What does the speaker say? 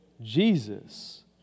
Jesus